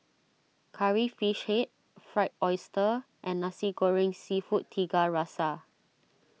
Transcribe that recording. Curry Fish Head Fried Oyster and Nasi Goreng Seafood Tiga Rasa